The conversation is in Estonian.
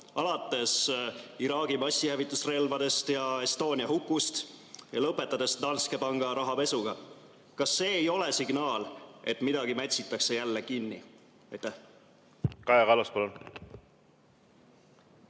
alates Iraagi massihävitusrelvadest ja Estonia hukust ja lõpetades Danske Panga rahapesuga? Kas see ei ole signaal, et midagi mätsitakse jälle kinni?